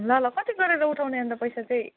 ल ल कति गरेर उठाउने अन्त पैसा चाहिँ